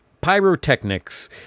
pyrotechnics